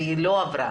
והיא לא עברה.